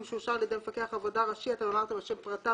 שאושר לכך על ידי מפקח עבודה ראשי" יבוא "אשר פרטיו